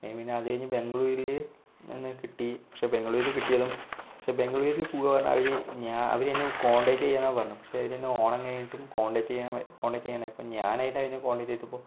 എനിക്ക് പിന്നെ അത് കഴിഞ്ഞ് ബംഗളൂരില് തന്നെ കിട്ടി പക്ഷെ ബംഗളൂരു കിട്ടിയതും പക്ഷെ ബംഗളൂരിൽ പോവാം പറഞ്ഞു അവർ അവരെന്നെ കോണ്ടാക്റ്റ് ചെയ്യാമെന്നാ പറഞ്ഞത് പക്ഷെ അവരെന്നെ ഓണം കഴിഞ്ഞിട്ടും കോണ്ടാക്ട് ചെയ്യാ കോണ്ടാക്ട് ചെയ്യാണ്ടായി അപ്പം ഞാനായിട്ടവരെ കോണ്ടാക്ട് ചെയ്തപ്പോൾ